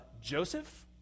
Joseph